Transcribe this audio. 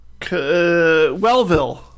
Wellville